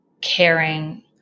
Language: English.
caring